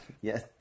yes